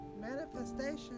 manifestation